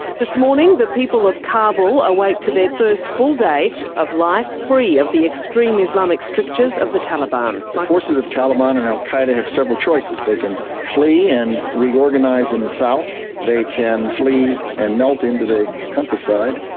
this morning the people of kabul awake to their first full day of life free of the extreme islamic strictures of the taliban. the forces of taliban and al-qua'eda have several choices they can flee and reorganise in the south they can flee and melt into the countryside.